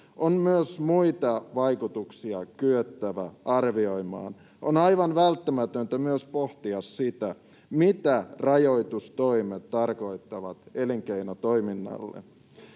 on myös muita vaikutuksia kyettävä arvioimaan. On aivan välttämätöntä myös pohtia sitä, mitä rajoitustoimet tarkoittavat elinkeinotoiminnalle.